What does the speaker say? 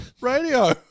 radio